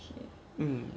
mm